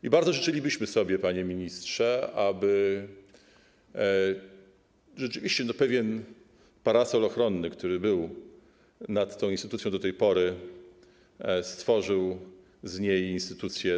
I bardzo życzylibyśmy sobie, panie ministrze, aby rzeczywiście pewien parasol ochronny, który był rozpostarty nad tą instytucją do tej pory, stworzył z niej instytucję.